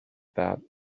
that